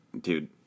dude